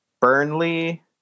Burnley